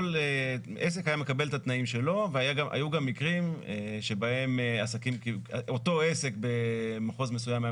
כל עסק היה מקבל את התנאים שלו והיו גם מקרים שאותו עסק במחוז מסוים,